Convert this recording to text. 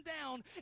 down